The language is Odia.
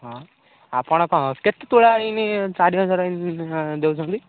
ହଁ ଆପଣ କେତେ ତୁଲା ଚାରି ହଜାର ଦେଉଛନ୍ତି